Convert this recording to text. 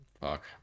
Fuck